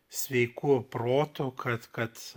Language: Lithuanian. sveiku protu kad kad